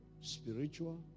Spiritual